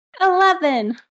Eleven